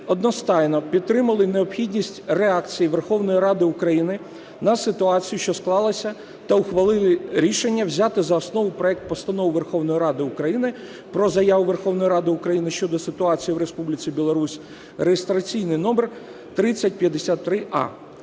одностайно підтримали необхідність реакції Верховної Ради України на ситуацію, що склалася, та ухвалили рішення взяти за основу проект Постанови Верховної Ради України про Заяву Верховної Ради України щодо ситуації в Республіці Білорусь (реєстраційний номер 3053а).